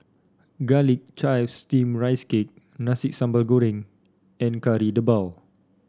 Garlic Chives Steamed Rice Cake Nasi Sambal Goreng and Kari Debal